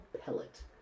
pellet